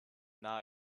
not